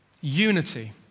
Unity